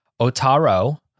Otaro